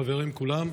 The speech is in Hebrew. חברים כולם,